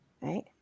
Right